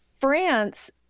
France